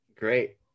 great